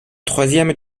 troisième